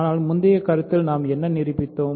ஆனால் முந்தைய கருத்தில் நாம் என்ன நிரூபித்தோம்